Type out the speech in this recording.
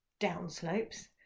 downslopes